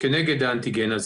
כנגד האנטיגן הזה.